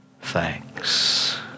thanks